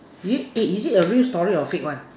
is it eh is it a real story or fake one